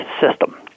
system